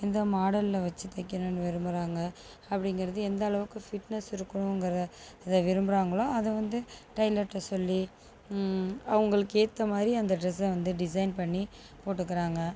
எந்த மாடலில் வச்சு தைக்கனுன்னு விரும்புகிறாங்க அப்படிங்கிறது எந்த அளவுக்கு ஃபிட்னஸ் இருக்கணுங்கிறத விரும்புகிறாங்களோ அதை வந்து டைலர்ட சொல்லி அவங்களுக்கு ஏற்ற மாதிரி அந்த ட்ரெஸ்ச வந்து டிசைன் பண்ணி போட்டுகிறாங்க